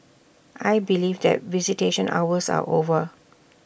I believe that visitation hours are over